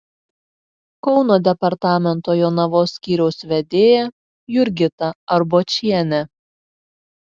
kauno departamento jonavos skyriaus vedėja jurgita arbočienė